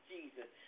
Jesus